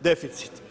deficit.